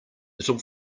little